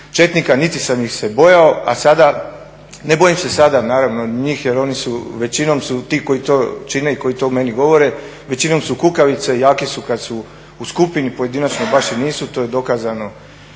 četnika niti sam ih se bojao a sada, ne bojim se sada naravno ni njih jer oni su, većinom su ti koji to čine i koji to meni govore većinom su kukavice, jaki su kada su u skupini, pojedinačno baš i nisu, to je dokazano